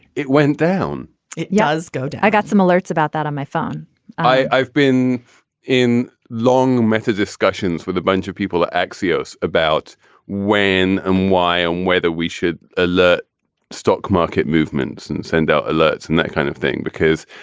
it went down does go to. i got some alerts about that on my phone i've been in long method's discussions with a bunch of people at axios about when and why and whether we should alert stock market movements and send out alerts and that kind of thing. because